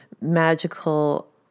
magical